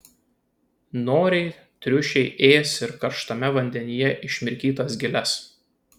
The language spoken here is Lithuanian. noriai triušiai ės ir karštame vandenyje išmirkytas giles